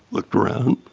looked around.